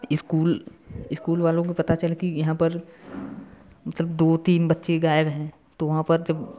school school वालों को पता चला कि यहाँ पर मतलब दो तीन बच्चे गायब हैं तो वहाँ पर जब